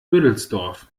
büdelsdorf